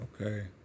Okay